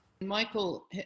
Michael